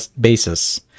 basis